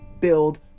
build